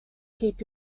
keep